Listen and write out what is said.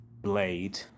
Blade